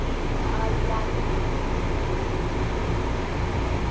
भी आईडिया भिरी